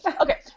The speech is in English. okay